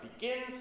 begins